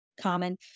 common